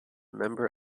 member